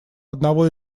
одного